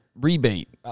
rebate